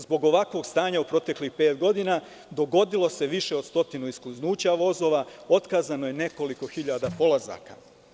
Zbog ovakvog stanja u proteklih pet godina dogodilo se više od stotinu iskliznuća vozova, otkazano je nekoliko hiljada polazaka.